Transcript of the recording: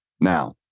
now